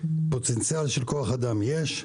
פוטנציאל כוח אדם, יש,